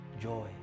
Joy